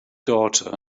daughter